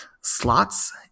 slots